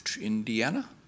Indiana